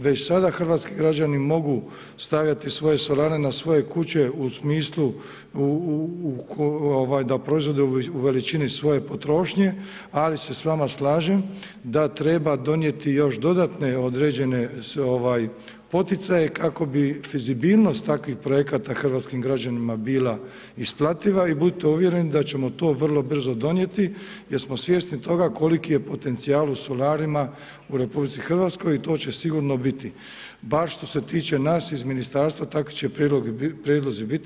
Već sada hrvatski građani mogu stavljati svoje solare na svoje kuće u smislu da proizvode u veličini svoje potrošnje, ali se s vama slažem da treba donijeti još dodatne određene poticaje kao bi fizibilnost takvih projekata hrvatskim građanima bila isplativa i budite uvjereni da ćemo to vrlo brzo donijeti jer smo svjesni toga koliki je potencijal u solarima u RH i to će sigurno biti bar što se tiče nas iz Ministarstva, takav će prijedlozi biti.